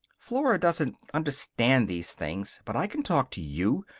flora doesn't understand these things, but i can talk to you.